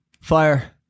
Fire